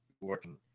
working